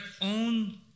own